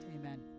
amen